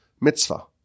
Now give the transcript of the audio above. mitzvah